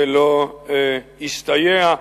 ולא הסתייע.